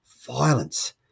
violence